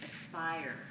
aspire